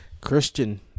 Christian